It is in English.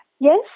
Yes